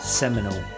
seminal